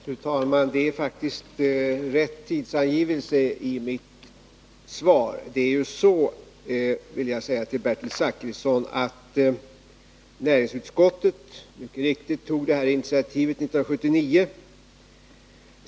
Fru talman! Det är faktiskt rätt tidsangivelse i mitt svar. Jag vill säga till Bertil Zachrisson att näringsutskottet mycket riktigt tog initiativet 1979.